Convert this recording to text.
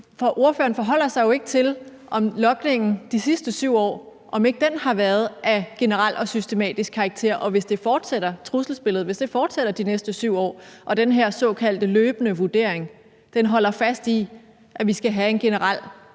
Ordføreren forholder sig jo ikke til, om logningen de sidste 7 år ikke har været af generel og systematisk karakter, og hvis trusselsbilledet fortsætter de næste 7 år og den her såkaldte løbende vurdering holder fast i, at vi skal have en generel